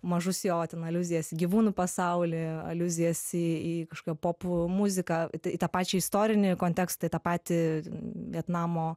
mažus jo ten aliuzijas į gyvūnų pasaulį aliuzijas į į kažkokią popmuziką tą pačią istorinį kontekstą į tą patį vietnamo